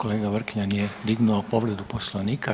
Kolega Vrkljan je dignuo povredu poslovnika.